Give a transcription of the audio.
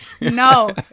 No